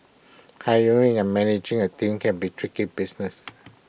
hiring and managing A team can be tricky business